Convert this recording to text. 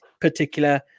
particular